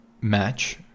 match